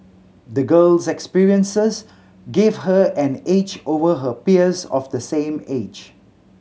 the girl's experiences gave her an edge over her peers of the same age